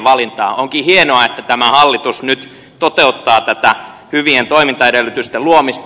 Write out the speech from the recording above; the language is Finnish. onkin hienoa että tämä hallitus nyt toteuttaa tätä hyvien toimintaedellytysten luomista